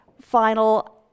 final